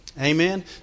Amen